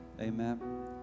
Amen